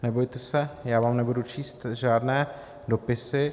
Nebojte se, já vám nebudu číst žádné dopisy.